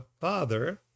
Father